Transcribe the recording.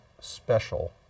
special